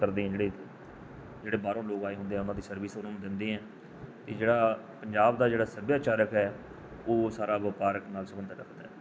ਕਰਦੇ ਜਿਹੜੇ ਜਿਹੜੇ ਬਾਹਰੋਂ ਲੋਕ ਆਏ ਹੁੰਦੇ ਆ ਉਹਨਾਂ ਦੀ ਸਰਵਿਸ ਉਹਨਾਂ ਨੂੰ ਦਿੰਦੇ ਹੈ ਅਤੇ ਜਿਹੜਾ ਪੰਜਾਬ ਦਾ ਜਿਹੜਾ ਸੱਭਿਆਚਾਰਕ ਹੈ ਉਹ ਸਾਰਾ ਵਪਾਰਕ ਨਾਲ ਸੰਬੰਧ ਰੱਖਦਾ